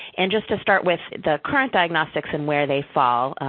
and just to start with the current diagnostics and where they fall,